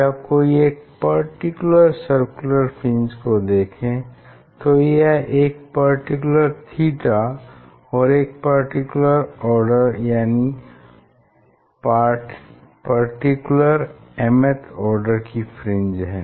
या कोई एक पर्टिकुलर सर्कुलर फ्रिंज को देखें तो यह एक पर्टिकुलर थीटा और एक पर्टिकुलर आर्डर यानि एक पार्टिकल mth आर्डर की फ्रिंज है